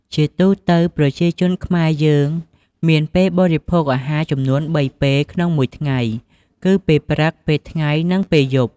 ជាទូទៅ ប្រជាជនខ្មែរយើងមានពេលបរិភោគអាហារចំនួន ៣ពេលក្នុងមួយថ្ងៃគឺ ពេលព្រឹក ពេលថ្ងៃ និងពេលយប់។